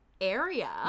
area